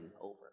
over